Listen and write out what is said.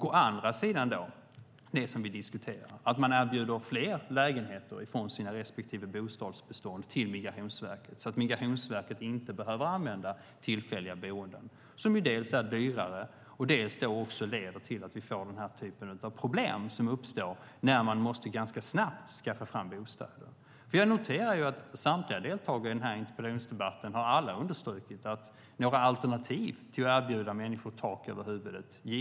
Å andra sidan är det detta som vi diskuterar, att man erbjuder fler lägenheter från sina respektive bostadsbestånd till Migrationsverket så att Migrationsverket inte behöver använda tillfälliga boenden, som dels är dyrare, dels leder till att vi får den här typen av problem, som uppstår när man ganska snabbt måste skaffa fram bostäder. Jag noterar att samtliga deltagare i denna interpellationsdebatt har understrukit att det i detta läge inte gives några alternativ i fråga om att erbjuda människor tak över huvudet.